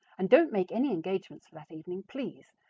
and don't make any engagements for that evening, please,